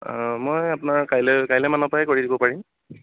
অ মই আপোনাৰ কাইলৈ কাইলৈ মানৰ পৰাই কৰি দিব পাৰিম